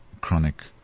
chronic